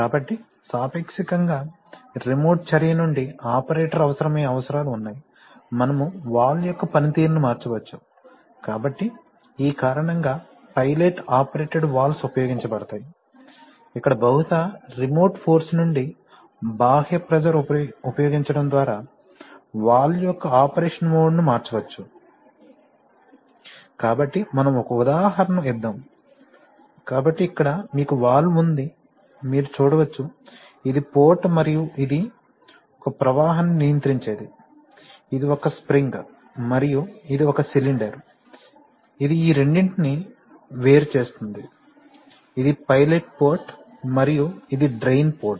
కాబట్టి సాపేక్షంగా రిమోట్ చర్య నుండి ఆపరేటర్ అవసరమయ్యే అవసరాలు ఉన్నాయి మనము వాల్వ్ యొక్క పని తీరును మార్చవచ్చు కాబట్టి ఈ కారణంగా పైలట్ ఆపరేటెడ్ వాల్వ్స్ ఉపయోగించబడతాయి ఇక్కడ బహుశా రిమోట్ సోర్స్ నుండి బాహ్య ప్రెషర్ ఉపయోగించడం ద్వారా వాల్వ్ యొక్క ఆపరేషన్ మోడ్ను మార్చవచ్చు కాబట్టి మనం ఒక ఉదాహరణ ఇద్దాం కాబట్టి ఇక్కడ మీకు వాల్వ్ ఉంది మీరు చూడవచ్చు ఇది పోర్ట్ మరియు ఇది ఒక ప్రవాహాన్ని నియంత్రించేది ఇది ఒక స్ప్రింగ్ మరియు ఇది ఒక సిలిండర్ ఇది ఈ రెండింటినీ వేరు చేస్తుంది ఇది పైలట్ పోర్ట్ మరియు ఇది డ్రెయిన్ పోర్ట్